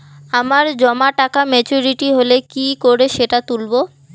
আমার জমা টাকা মেচুউরিটি হলে কি করে সেটা তুলব?